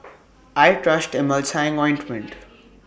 I Trust Emulsying Ointment